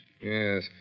Yes